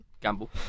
gamble